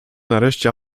nareszcie